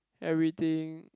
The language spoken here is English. everything